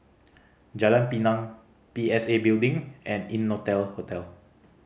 Jalan Pinang P S A Building and Innotel Hotel